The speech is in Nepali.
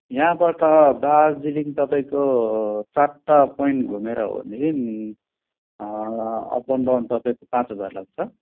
यहाँबाट दार्जिलिङ तपाईँको चारवटा पोइन्ट घुमेर हो भनेदेखि अप एन्ड डाउन तपाईँको पाँच हजार लाग्छ